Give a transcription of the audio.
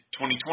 2020